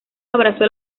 abrazó